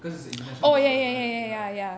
cause it's an international border right ya